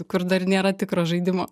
kur dar nėra tikro žaidimo